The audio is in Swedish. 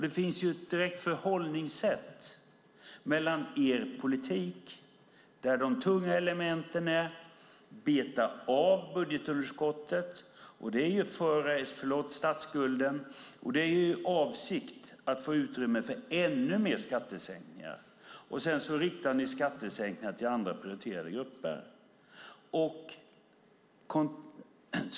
Det finns ett direkt förhållningssätt i er politik där ett tungt element är att beta av statsskulden. Det är er avsikt att få utrymme för ännu mer skattesänkningar. Sedan riktar ni skattesänkningarna till andra prioriterade grupper.